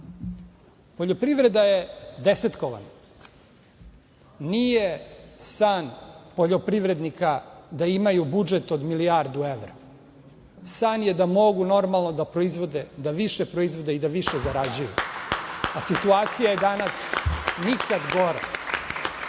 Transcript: vlasti. Poljoprivreda je desetkovana. Nije san poljoprivrednika da imaju budžet od milijardu evra. San je da mogu normalno da proizvode, da više proizvode i da više zarađuju, a situacija je danas nikad